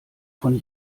von